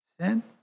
sin